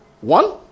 One